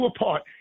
apart